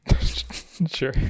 Sure